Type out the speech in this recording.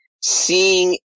Seeing